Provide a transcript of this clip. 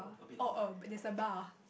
oh oh but there's a bar